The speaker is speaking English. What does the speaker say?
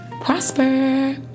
prosper